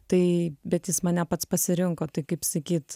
tai bet jis mane pats pasirinko tai kaip sakyt